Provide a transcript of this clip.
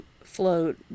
float